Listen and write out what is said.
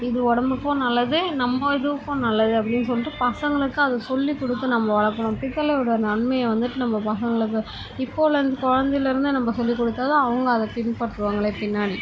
இது உடம்புக்கும் நல்லது நம்ம இதுக்கும் நல்லது அப்படின்னு சொல்லிட்டு பசங்களுக்கு அதை சொல்லிக்கொடுத்து நம்ம வளர்க்கணும் பித்தளையோட நன்மயை வந்துட்டு நம்ம பசங்களுக்கு இப்போலேருந்து குழந்தைலேருந்தே நம்ம சொல்லிக்ககொடுத்தாத்தான் அவங்க அதை பின்பற்றுவாங்களே பின்னாடி